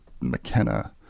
McKenna